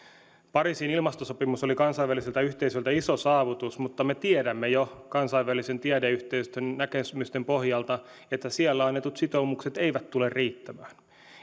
pariisin ilmastosopimus oli kansainväliseltä yhteisöltä iso saavutus mutta me tiedämme jo kansainvälisen tiedeyhteisön näkemysten pohjalta että siellä annetut sitoumukset eivät tule riittämään